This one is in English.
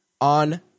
on